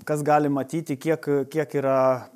kas gali matyti tiek kiek yra